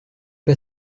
pas